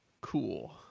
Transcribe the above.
Cool